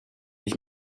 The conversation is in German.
ich